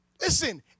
Listen